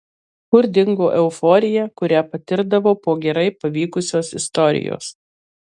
kur dingo euforija kurią patirdavo po gerai pavykusios istorijos